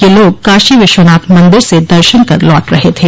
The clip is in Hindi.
यह लोग काशी विश्वनाथ मंदिर से दर्शन कर लौट रहे थे